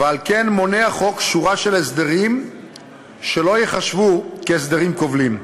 ועל כן מונה החוק שורה של הסדרים שלא ייחשבו הסדרים כובלים.